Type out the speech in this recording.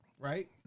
right